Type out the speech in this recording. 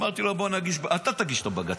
אמרתי לו: אתה תגיש את הבג"ץ.